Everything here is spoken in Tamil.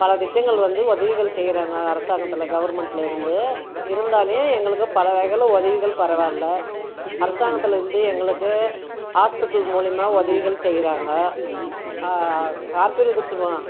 பல திட்டங்கள் வந்து உதவிகள் செய்கிறாங்க அரசாங்கத்தில் கவர்மண்ட்லேருந்து இருந்தாலியும் எங்களுக்கு பல வகையில் உதவிகள் பரவாயில்லை அரசாங்கத்திலேருந்து எங்களுக்கு ஹாஸ்பிட்டல் மூலியமாக உதவிகள் செய்கிறாங்க காப்பீடு திட்டமும்